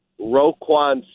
Roquan